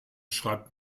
schreibt